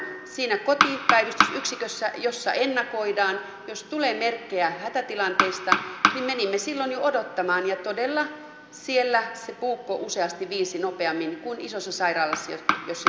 siinä kotipäivystysyksikössä jossa ennakoidaan jos tulee merkkejä hätätilanteista menimme jo silloin odottamaan ja todella siellä se puukko useasti viilsi nopeammin kuin isossa sairaalassa jossa juoksumatka oli pitkä